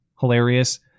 hilarious